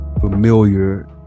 Familiar